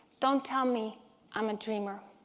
don't tell me i'm a dreamer,